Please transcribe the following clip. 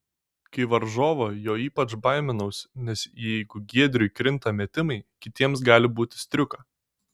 kaip varžovo jo ypač baiminausi nes jeigu giedriui krinta metimai kitiems gali būti striuka